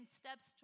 steps